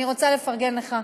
אני רוצה לפרגן לך.